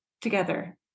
together